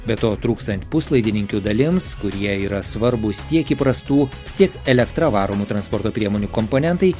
be to trūkstant puslaidininkių dalims kurie yra svarbūs tiek įprastų tiek elektra varomų transporto priemonių komponentai